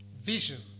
vision